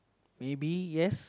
maybe yes